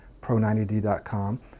pro90d.com